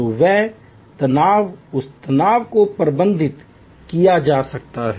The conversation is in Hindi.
तो वह तनाव उस तनाव को प्रबंधित किया जा सकता है